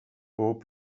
pob